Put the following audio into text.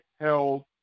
held